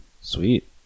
Sweet